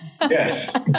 Yes